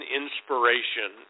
inspiration